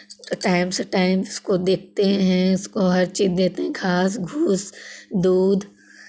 तो टाइम से टाइम उसको देखते हैं उसको हर चीज़ देते हैं घास घुस दूध